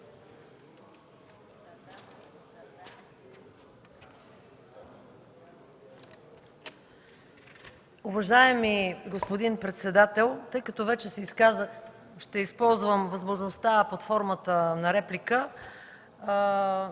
възможността под формата на реплика